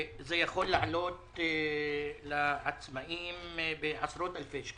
זה יכול לעלות לעצמאים עשרות אלפי שקלים.